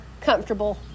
comfortable